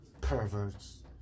perverts